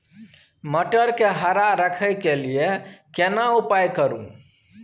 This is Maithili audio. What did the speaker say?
मटर के हरा रखय के लिए केना उपाय करू?